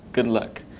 good luck.